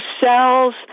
cells